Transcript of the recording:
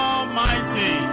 Almighty